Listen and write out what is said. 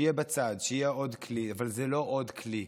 שיהיה בצד, שיהיה עוד כלי, אבל זה לא עוד כלי.